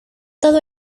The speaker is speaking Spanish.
todo